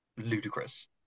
ludicrous